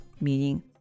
meaning